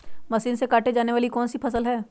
Machine से काटे जाने वाली कौन सी फसल है?